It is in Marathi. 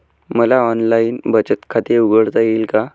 मला ऑनलाइन बचत खाते उघडता येईल का?